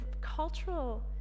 cultural